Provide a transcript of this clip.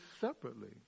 separately